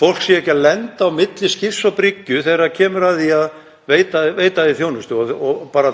fólk sé ekki að lenda á milli skips og bryggju þegar kemur að því að veita því þjónustu.